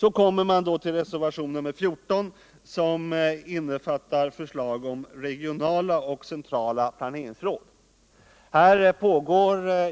Jag kommer så till reservationen 14 med förslag beträffande verksamheten med lokala, regionala och centrala planeringsråd.